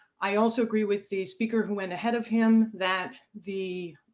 i also agree with the speaker who went ahead of him that the